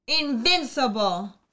Invincible